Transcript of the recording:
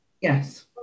Yes